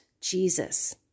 Jesus